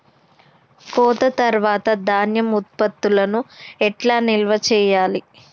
కోత తర్వాత ధాన్యం ఉత్పత్తులను ఎట్లా నిల్వ చేయాలి?